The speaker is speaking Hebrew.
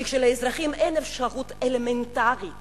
כי כשלאזרחים אין אפשרות אלמנטרית